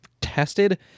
tested